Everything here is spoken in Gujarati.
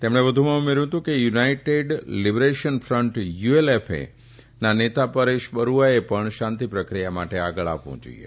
તેમણે વધુમાં ઉમેર્યુ હતું કે યુનાઇટેડ લીબરેશન ફન્ટ યુએલએફએ ના નેતા પરેશ બરૃઆએ પણ શાંતી પ્રક્રિયા માટે આગળ આવવું જોઇએ